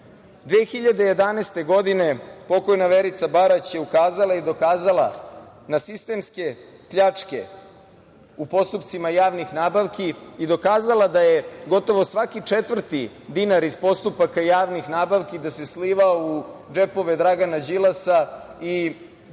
2011, pokojna Verica Barać je ukazala i dokazala sistemske pljačke u postupcima javnih nabavki i dokazala da se gotovo svaki četvrti dinar iz postupaka javnih nabavki slivao u džepove Dragana Đilasa i u